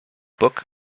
book